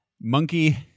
monkey